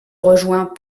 rejoint